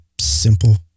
simple